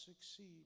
succeed